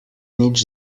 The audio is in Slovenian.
nič